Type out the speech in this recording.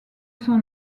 son